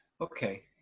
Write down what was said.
okay